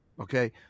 Okay